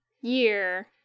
year